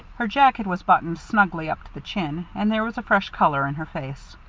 her jacket was buttoned snugly up to the chin, and there was a fresh color in her face.